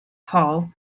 hall